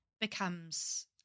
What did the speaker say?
becomes